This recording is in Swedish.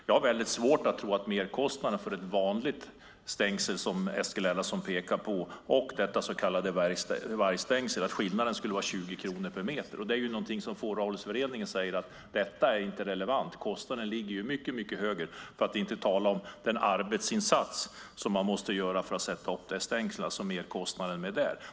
Jag har väldigt svårt att tro att skillnaden i kostnad mellan ett vanligt stängsel och detta så kallade vargstängsel skulle vara 20 kronor per meter, som Eskil Erlandsson pekar på. Fåravelsförbundet säger att detta inte är relevant. Kostnaden ligger mycket högre, för att inte tala om merkostnaden för den arbetsinsats som man måste göra för att sätta upp stängslet.